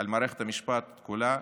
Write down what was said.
על מערכת המשפט כולה,